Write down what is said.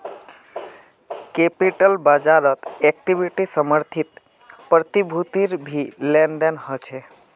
capital बाज़ारत equity समर्थित प्रतिभूतिर भी लेन देन ह छे